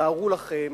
תארו לכם